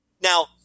Now